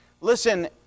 Listen